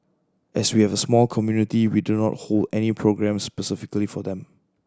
as we have a small community we do not hold any programmes specifically for them